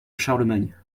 charlemagne